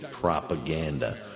propaganda